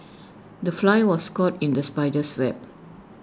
the fly was caught in the spider's web